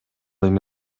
эми